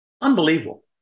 Unbelievable